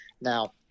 Now